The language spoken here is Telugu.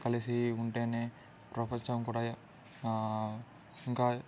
కలిసి ఉంటేనే ప్రపంచం కూడా ఇంకా